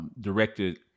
directed